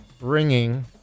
ringing